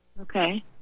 Okay